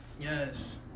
Yes